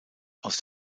aus